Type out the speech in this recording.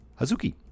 Hazuki